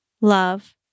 love